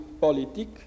politique